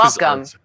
Welcome